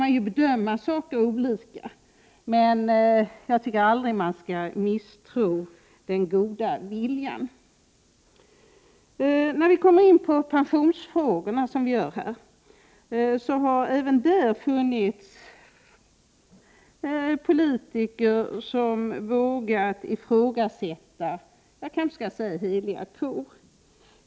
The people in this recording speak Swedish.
Man kan bedöma saker olika, men jag tycker att man aldrig skall misstro den goda viljan. När det gäller pensionsfrågorna har även där funnits politiker som har vågat ifrågasätta s.k. heliga kor.